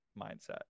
mindset